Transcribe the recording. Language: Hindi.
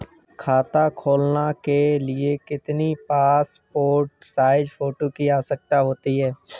खाता खोलना के लिए कितनी पासपोर्ट साइज फोटो की आवश्यकता होती है?